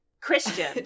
Christian